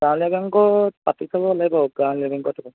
গাঁৱলীয়া বেংকত পাতি চাব লাগিব গাঁৱলীয়া বেংকত